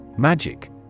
Magic